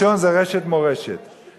ראשית, רשת "מורשת".